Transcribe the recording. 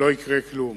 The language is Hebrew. לא יקרה כלום.